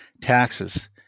taxes